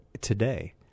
today